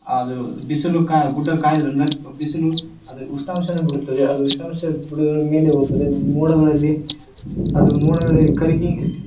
ಅದು ಬಿಸಿಲು ಕಾ ಗುಡ್ಡ ಕಾಯೋದ್ರಿಂದ ಬಿಸಿಲು ಅದು ಉಷ್ಣಾಂಶನು ಬಿಡುತ್ತದೆ ಅದು ಉಷ್ಣಾಂಶ ಬಿಡುದ್ರ ಮೇಲೆ ಹೋಗುತ್ತದೆ ಮೋಡಗಳಲ್ಲಿ ಅದು ಮೋಡಗಳು ಕರಗಿ